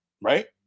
right